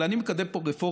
אבל אני מקדם פה רפורמה